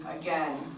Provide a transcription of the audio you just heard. again